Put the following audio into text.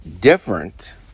different